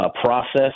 process